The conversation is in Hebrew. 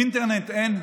אינטרנט, אין.